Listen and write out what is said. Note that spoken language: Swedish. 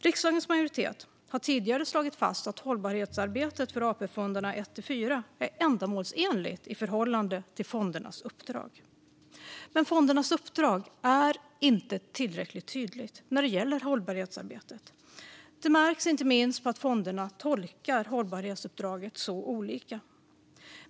Riksdagens majoritet har tidigare slagit fast att hållbarhetsarbetet för Första-Fjärde AP-fonden är ändamålsenligt i förhållande till fondernas uppdrag. Men fondernas uppdrag är inte tillräckligt tydligt när det gäller hållbarhetsarbetet. Det märks inte minst på att fonderna tolkar hållbarhetsuppdraget så olika.